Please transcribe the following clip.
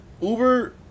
Uber